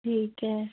ٹھیک ہے